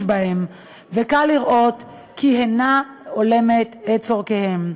בהם וקל לראות כי אינם הולמים את צורכיהם,